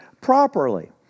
properly